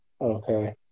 Okay